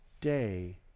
day